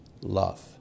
love